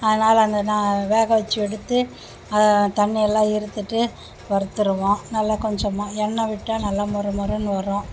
அதனால் அந்த நான் வேக வச்சு எடுத்து தண்ணியெல்லாம் இறுத்துவிட்டு வறுத்துடுவோம் நல்லா கொஞ்சமாக எண்ணெய் விட்டால் நல்லா மொறு மொறுன்னு வரும்